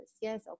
Yes